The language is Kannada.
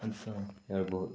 ಅಂತ ಹೇಳ್ಬೋದು